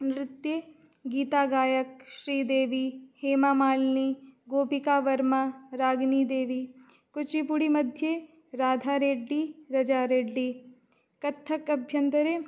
नृत्ये गीतगायकाः श्रीदेवी हेमामाल्नि गोपिकावर्मा रागिनीदेवि कुचिपुडिमध्ये राधारेड्डि रजारेड्डि कत्थकाभ्यन्तरे